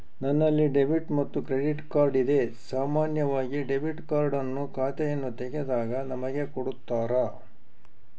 ನನ್ನಲ್ಲಿ ಡೆಬಿಟ್ ಮತ್ತೆ credit card ಇದೆ, ಸಾಮಾನ್ಯವಾಗಿ ಡೆಬಿಟ್ ಕಾರ್ಡ್ ಅನ್ನು ಖಾತೆಯನ್ನು ತೆಗೆದಾಗ ನಮಗೆ ಕೊಡುತ್ತಾರ